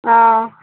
ஆ